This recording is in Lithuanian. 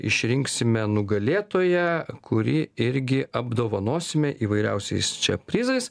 išrinksime nugalėtoją kurį irgi apdovanosime įvairiausiais čia prizais